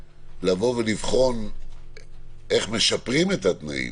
לבחון איך משפרים את התנאים,